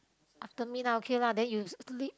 after midnight okay lah then you sleep